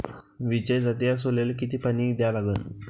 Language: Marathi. विजय जातीच्या सोल्याले किती पानी द्या लागन?